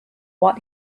what